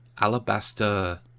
Alabaster